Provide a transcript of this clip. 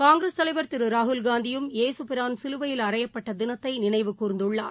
காங்கிரஸ் தலைவர் திரு ராகுல் காந்தியும் ஏசுபிரான் சிலுவையில் அறைப்பட்ட தினத்தை நினைவு கூர்ந்துள்ளார்